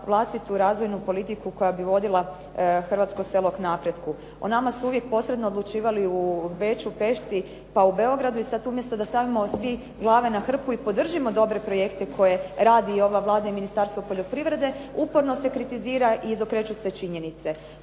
vlastitu razvojnu politiku koja bi vodila hrvatsko selo k napretku. O nama su uvijek posredno odlučivali u Beču, Pešti pa u Beogradu i sad umjesto da stavimo svi glave na hrpu i podržimo dobre projekte koje radi i ova Vlada i Ministarstvo poljoprivrede uporno se kritizira i izokreću se činjenice.